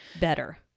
better